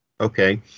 Okay